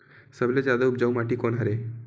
सबले जादा उपजाऊ माटी कोन हरे?